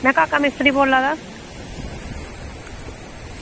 में काका मिस्त्री बोल्ला दा